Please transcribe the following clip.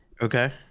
Okay